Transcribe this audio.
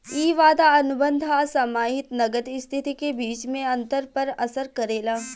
इ वादा अनुबंध आ समाहित नगद स्थिति के बीच के अंतर पर असर करेला